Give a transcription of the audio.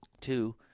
Two